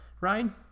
Ryan